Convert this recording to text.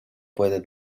puede